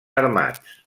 armats